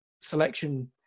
selection